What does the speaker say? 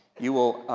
you will,